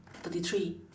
thirty three